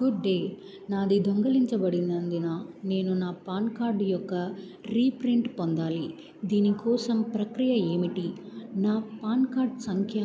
good day నాది దొంగిలించబడినందున నేను నా పాన్ కార్డ్ యొక్క రీప్రింట్ పొందాలి దీని కోసం ప్రక్రియ ఏమిటి నా పాన్ కార్డ్ సంఖ్య